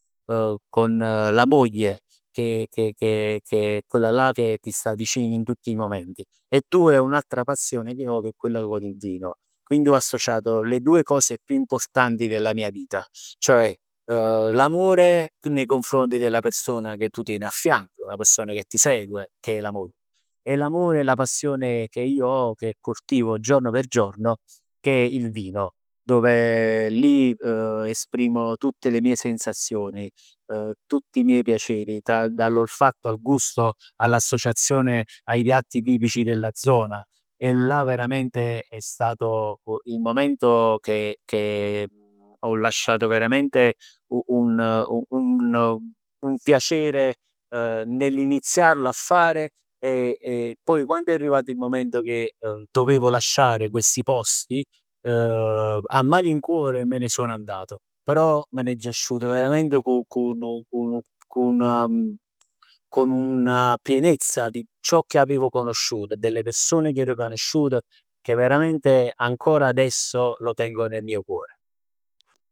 con la moglie e che che che che è chellallà che ti sta vicino in tutti i momenti e due un'altra passione che ho che è quella di bere vino. Quindi ho associato le due cose più importanti della mia vita, cioè l'amore nei confronti della persona che tu tieni affianco, la persona che ti segue, che è la moglie e l'amore e la passione che io ho e che coltivo giorno per giorno, che è il vino. Dove lì esprimo tutte le mie sensazioni, tutti i miei piaceri, dall'olfatto al gusto, all'associazione ai piatti tipici della zona e là veramente è stato il momento che che ho lasciato veramente un un un piacere nell'iniziarlo a fare e e e poi quando è arrivato il momento che dovevo lasciare questi posti. A malincuore me ne sono andato però aggio asciuto verament cu cu nu cu nu nà con una pienezza di ciò che avevo conosciuto e delle persone che avev conosciuto che veramente ancora adesso lo tengo nel mio cuore.